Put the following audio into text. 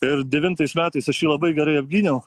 ir devintais metais aš jį labai gerai apgyniau